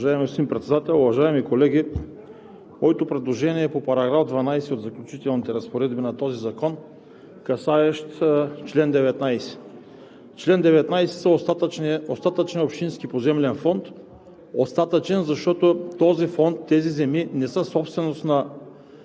уважаеми колеги! Моето предложение е по § 12 от Заключителните разпоредби на този закон, касаещ чл. 19. Член 19 са остатъчният общински поземлен фонд, остатъчен, защото този фонд, тези земи не са собственост на